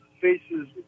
faces